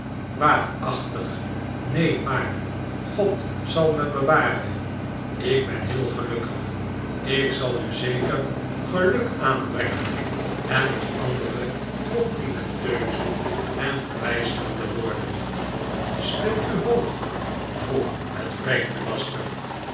waarachtig nee maar god zal me bewaren ik ben heel gelukkig ik zal u zeker geluk aanbrengen en nog andere complimenteuze en verbijsterde woorden speelt u hoog vroeg het vreemde masker